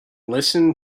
listen